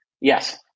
Yes